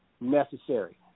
necessary